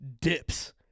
Dips